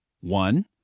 One